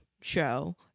show